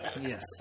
Yes